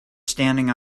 standing